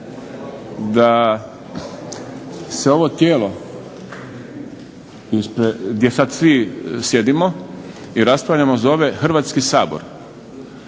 da se ovo tijelo gdje sad svi sjedimo i raspravljamo zove Hrvatski sabor.